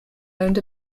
owned